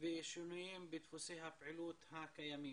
ושינויים בדפוסי הפעילות הקיימים.